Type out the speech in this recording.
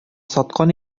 саткан